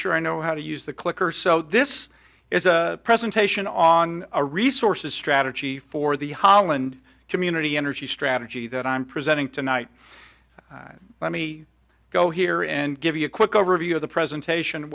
sure i know how to use the clicker so this is a presentation on a resources strategy for the holland community energy strategy that i'm presenting tonight let me go here and give you a quick overview of the presentation